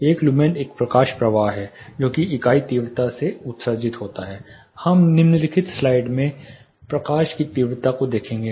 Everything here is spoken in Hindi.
एक लुमेन एक प्रकाश प्रवाह है जो एक इकाई तीव्रता से उत्सर्जित होता है हम निम्नलिखित स्लाइड में प्रकाश की तीव्रता को देखेंगे